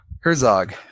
Herzog